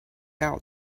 out